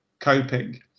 coping